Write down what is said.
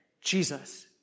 Jesus